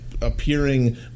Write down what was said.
appearing